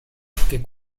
che